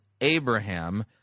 Abraham